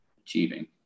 achieving